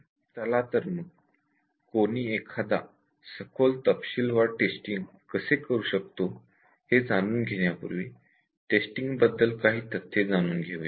चला तर मग कोणी एखादा सखोल तपशीलवार टेस्टिंग कसे करू शकतो हे जाणून घेण्यापूर्वी टेस्टिंग बद्दल काही तथ्थे जाणून घेऊयात